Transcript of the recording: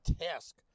task